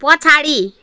पछाडि